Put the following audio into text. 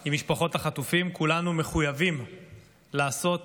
עם משפחות החטופים, כולנו מחויבים לעשות